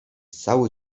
cały